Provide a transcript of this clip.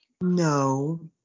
No